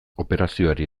operazioari